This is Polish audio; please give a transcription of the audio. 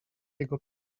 jego